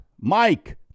Mike